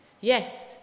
Yes